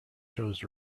shows